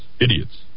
idiots